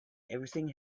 everything